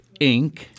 Inc